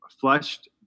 flushed